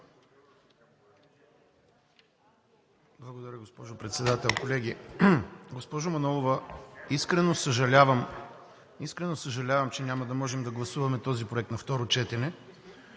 Благодаря, госпожо Председател. Колеги! Госпожо Манолова, искрено съжалявам, че няма да можем да гласуваме този проект на второ четене.